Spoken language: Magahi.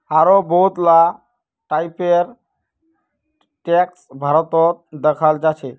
आढ़ो बहुत ला टाइपेर टैक्स भारतत दखाल जाछेक